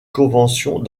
conventions